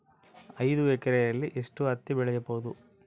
ಐದು ಎಕರೆಯಲ್ಲಿ ಎಷ್ಟು ಹತ್ತಿ ಬೆಳೆಯಬಹುದು?